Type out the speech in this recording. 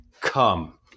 come